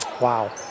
Wow